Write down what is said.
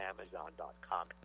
Amazon.com